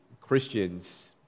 Christians